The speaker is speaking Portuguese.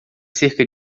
cerca